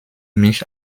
mich